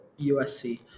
USC